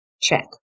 Check